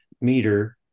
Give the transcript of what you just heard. meter